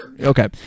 okay